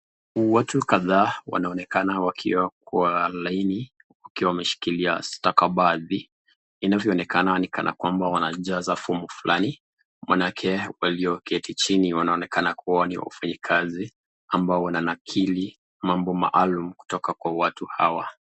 Watu kadhaa wanaonekana wakiwa kwa laini wakiwa wameshikilia stakabadhi. Inavyoonekana ni kama wanajaza fomu fulani, manake walioketi chini wanakaa wafanyikazi wanaonakili mambo maalum kutoka kwa watu hawa.